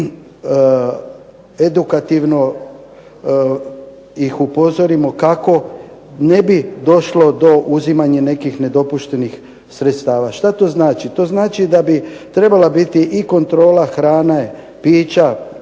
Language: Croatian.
da edukativno ih upozorimo kako ne bi došlo do uzimanja nekih nedopuštenih sredstava. Šta to znači? To znači da bi trebala biti i kontrola hrane, pića